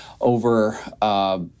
over